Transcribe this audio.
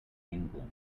england